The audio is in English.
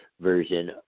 version